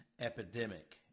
epidemic